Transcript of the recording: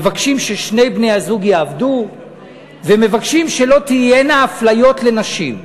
מבקשים ששני בני-הזוג יעבדו ומבקשים שלא תהיינה אפליות נגד נשים.